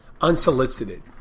unsolicited